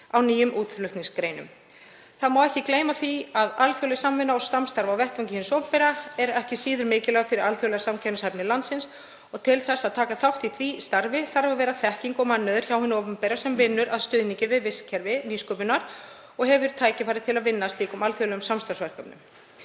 á nýjum útflutningreinum. Þá má ekki gleyma því að alþjóðleg samvinna og samstarf á vettvangi hins opinbera er ekki síður mikilvæg fyrir alþjóðlega samkeppnishæfni landsins, og til þess að taka þátt í því starfi þarf að vera þekking og mannauður hjá hinu opinbera sem vinnur að stuðningi við vistkerfi nýsköpunar og hefur tækifæri til að vinna að slíkum alþjóðlegum samstarfsverkefnum.